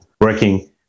working